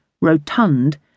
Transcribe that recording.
rotund